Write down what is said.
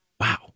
Wow